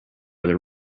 their